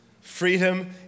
freedom